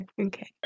Okay